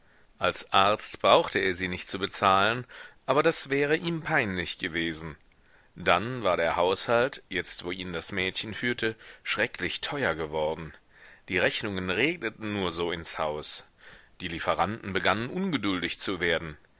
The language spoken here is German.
als arzt brauchte er sie nicht zu bezahlen aber das wäre ihm peinlich gewesen dann war der haushalt jetzt wo ihn das mädchen führte schrecklich teuer geworden die rechnungen regneten nur so ins haus die lieferanten begannen ungeduldig zu werden